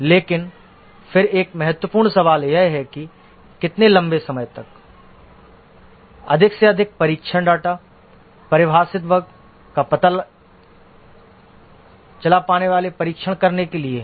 लेकिन फिर एक महत्वपूर्ण सवाल यह है कि कितने लंबे समय तक अधिक से अधिक परीक्षण डाटा परिभाषित बग का पता चला पाने परीक्षण करने के लिए है